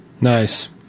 Nice